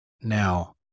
Now